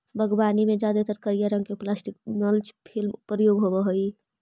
बागवानी में जादेतर करिया रंग के प्लास्टिक मल्च फिल्म प्रयोग होवऽ हई